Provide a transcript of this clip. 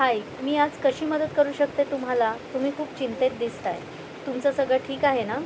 हाय मी आज कशी मदत करू शकते तुम्हाला तुम्ही खूप चिंतेत दिसत आहे तुमचं सगळं ठीक आहे नं